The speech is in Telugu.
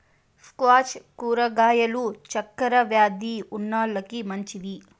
స్క్వాష్ కూరగాయలు చక్కర వ్యాది ఉన్నోలకి మంచివి